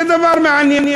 זה דבר מעניין.